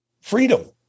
freedom